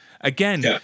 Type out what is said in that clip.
again